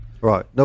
Right